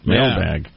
Mailbag